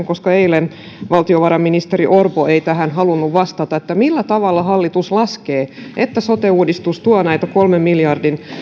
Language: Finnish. koska eilen valtiovarainministeri orpo ei tähän halunnut vastata millä tavalla hallitus laskee että sote uudistus tuo nämä kolmen miljardin